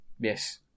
Yes